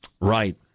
Right